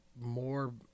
more